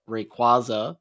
Rayquaza